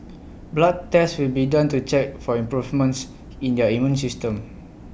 blood tests will be done to check for improvements in their immune systems